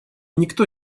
никто